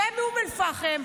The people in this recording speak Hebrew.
ומאום אל-פחם,